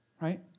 Right